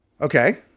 Okay